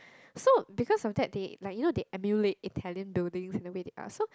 so because of that they like you know they emulate Italian buildings in the way they are so